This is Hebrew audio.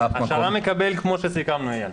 שר"מ מקבל כמו שסיכמנו, אייל.